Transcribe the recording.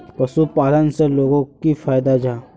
पशुपालन से लोगोक की फायदा जाहा?